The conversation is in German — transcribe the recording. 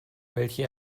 welche